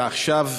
ועכשיו,